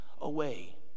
away